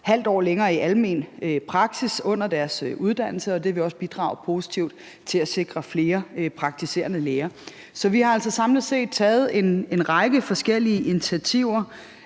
halvt år længere i almen praksis under deres uddannelse, og det vil også bidrage positivt til at sikre flere praktiserende læger. Så vi har altså samlet set taget en række forskellige initiativer